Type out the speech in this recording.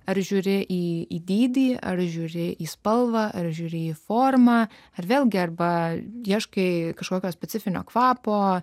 ar žiūri į dydį ar žiūrėjo į spalvą ar žiūri į formą ar vėlgi arba ieškai kažkokio specifinio kvapo